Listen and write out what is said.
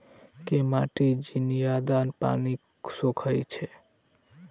केँ माटि जियादा पानि सोखय छै?